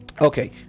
okay